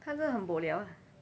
他真的很 boliao